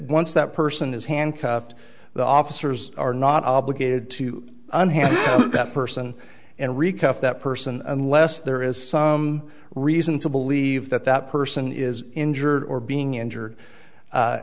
once that person is handcuffed the officers are not obligated to unhand that person and recover that person unless there is some reason to believe that that person is injured or being injured